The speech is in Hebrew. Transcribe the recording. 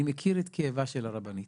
אני מכיר את כאבה של הרבנית.